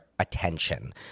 attention